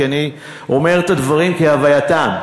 כי אני אומר את הדברים כהווייתם.